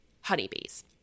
honeybees